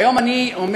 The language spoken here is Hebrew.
היום אני עומד,